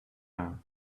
her